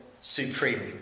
supremely